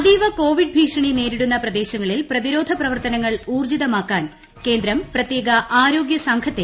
അതീവ കോവിഡ് ഭീഷ്ണിനേരിടുന്ന പ്രദേശങ്ങളിൽ ന് പ്രതിരോധ പ്രവർത്തനങ്ങൾ ഊർജ്ജിതമാക്കാൻ കേന്ദ്രം പ്രത്യേക ആരോഗ്യ ീസ്ട്ഘത്തെ അയച്ചു